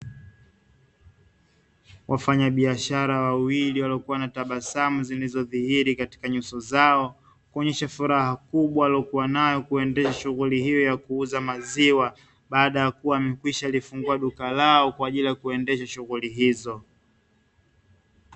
Wafanyabiashara wawili walikuwa wana tabasa zilizo dhihiri kwenye nyuso zao, wakionyesha nyuso zao kuonyesha furaha kubwa waliokuwa nayo kuendesha shughuli hii ya kuuza maziwa, baada ya kuwa wamekwisha fungua duka lao kwajili ya kuendesha shughuli hizo.